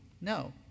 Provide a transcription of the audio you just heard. No